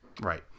Right